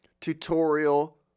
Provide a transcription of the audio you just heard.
tutorial